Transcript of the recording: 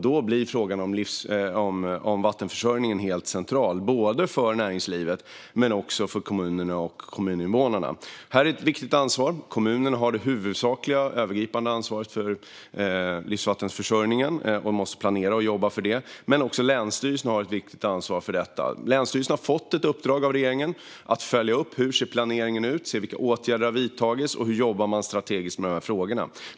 Då blir frågan om vattenförsörjningen helt central både för näringslivet och för kommunerna och kommuninvånarna. Det här är ett viktigt ansvar. Kommunerna har det huvudsakliga, övergripande ansvaret för dricksvattenförsörjningen och måste planera och jobba för detta. Men också länsstyrelserna har ett viktigt ansvar för det här. Länsstyrelserna har fått ett uppdrag av regeringen att följa upp hur planeringen ser ut, vilka åtgärder som har vidtagits och hur man jobbar strategiskt med frågorna.